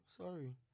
Sorry